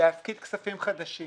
להפקיד כספים חדשים